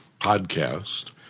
podcast